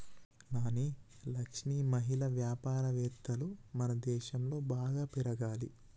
నాని లక్ష్మి మహిళా వ్యాపారవేత్తలు మనదేశంలో బాగా పెరగాలి